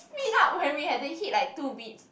spilt up when we have to hit like two beats